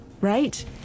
right